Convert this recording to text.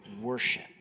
worship